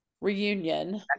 reunion